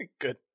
Good